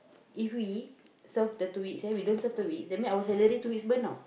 if we serve the two weeks then we don't serve the weeks that means our salary two weeks burn tau